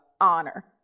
Honor